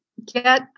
get